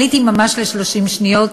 עליתי ממש ל-30 שניות,